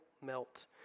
melt